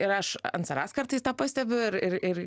ir aš ant savęs kartais tą pastebiu ir ir ir